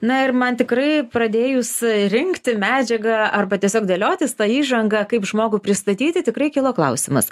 na ir man tikrai pradėjus rinkti medžiagą arba tiesiog dėliotis tą įžangą kaip žmogų pristatyti tikrai kilo klausimas